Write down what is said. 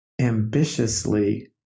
ambitiously